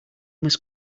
must